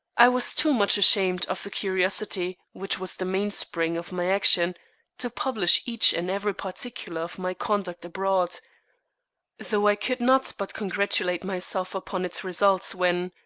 i was too much ashamed of the curiosity which was the mainspring of my action to publish each and every particular of my conduct abroad though i could not but congratulate myself upon its results when,